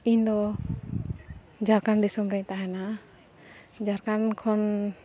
ᱤᱧ ᱫᱚ ᱡᱷᱟᱲᱠᱷᱚᱸᱰ ᱫᱤᱥᱚᱢ ᱨᱮᱧ ᱛᱟᱦᱮᱱᱟ ᱡᱷᱟᱲᱠᱷᱚᱸᱰ ᱠᱷᱚᱱ